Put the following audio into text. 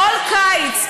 כל קיץ,